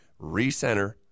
Recenter